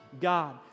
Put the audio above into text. God